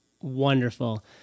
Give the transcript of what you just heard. Wonderful